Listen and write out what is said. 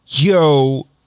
Yo